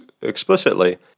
explicitly